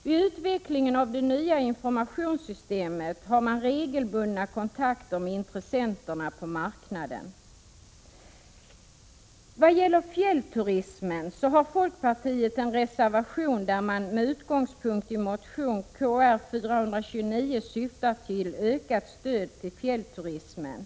Vid utvecklingen av det nya informationssystemet har man regelbundna kontakter med intressenterna på marknaden. Vad gäller fjällturismen har folkpartiet en reservation, där man med utgångspunkt i motion Kr429 syftar till ökat stöd till fjällturismen.